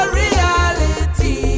reality